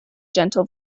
gentle